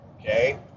okay